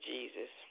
Jesus